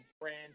brand